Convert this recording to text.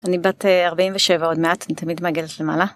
אני בת 47 עוד מעט, אני תמיד מעגלת למעלה.